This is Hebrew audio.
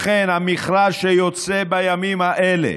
לכן, במכרז שיוצא בימים האלה